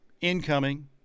incoming